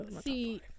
see